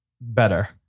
better